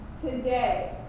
Today